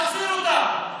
תחזיר אותם,